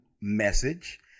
message